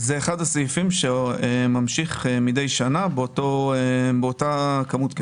זה אחד הסעיפים שממשיך מדי שנה באותה כמו כסף.